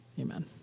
Amen